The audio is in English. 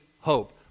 hope